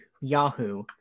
Yahoo